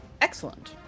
excellent